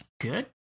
good